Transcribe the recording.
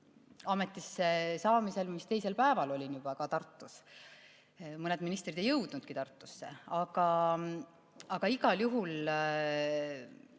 Ametisse saamisel vist teisel päeval olin juba Tartus. Mõned ministrid ei jõudnudki Tartusse. Aga igal juhul